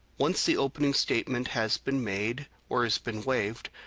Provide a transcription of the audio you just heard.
once the opening statement has been made, or has been waived,